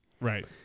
Right